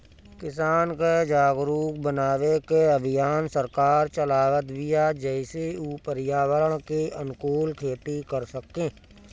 किसान के जागरुक बनावे के अभियान सरकार चलावत बिया जेसे उ पर्यावरण के अनुकूल खेती कर सकें